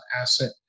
asset